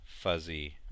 fuzzy